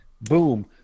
Boom